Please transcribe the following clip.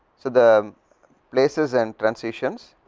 so the places and transitions